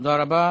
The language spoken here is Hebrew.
תודה רבה.